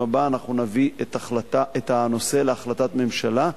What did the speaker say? הבאה אנחנו נביא את הנושא להחלטת ממשלה.